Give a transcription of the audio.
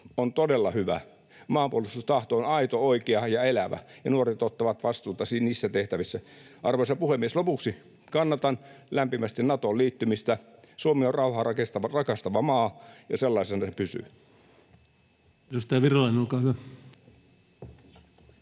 on todella hyvä. Maanpuolustustahto on aito, oikea ja elävä, ja nuoret ottavat vastuuta niissä tehtävissä. Arvoisa puhemies! Lopuksi kannatan lämpimästi Natoon liittymistä. Suomi on rauhaa rakastava maa, ja sellaisena se pysyy.